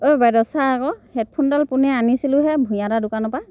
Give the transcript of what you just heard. অ' বাইদেউ চা আকৌ হেডফোনডাল পোনে আনিছিলোঁহে ভূঞা দাৰ দোকানৰ পৰা